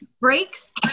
breaks